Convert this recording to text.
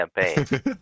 campaign